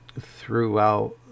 throughout